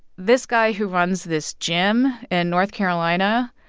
this guy who runs this gym in north carolina,